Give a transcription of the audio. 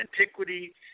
antiquity